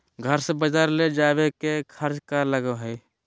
घर से बजार ले जावे के खर्चा कर लगो है?